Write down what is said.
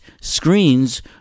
screens